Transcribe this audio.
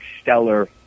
stellar